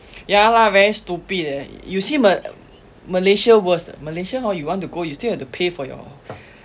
ya lah very stupid eh you see ma~ Malaysia worse Malaysia hor you want to go you still have to pay for your